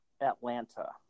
Atlanta